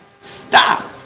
stop